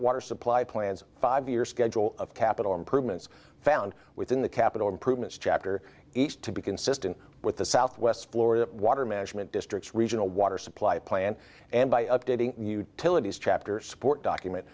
water supply plans five years schedule of capital improvements found within the capital improvements chapter each to be consistent with the southwest florida water management districts regional water supply plan and by updating till it is chapter support document